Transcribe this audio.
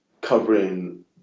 covering